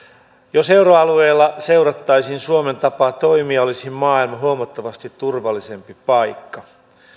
jos euroopan alueella seurattaisiin suomen tapaa toimia olisi maailma huomattavasti turvallisempi paikka